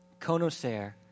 Conocer